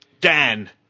Dan